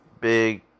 Big